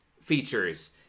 features